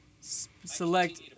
select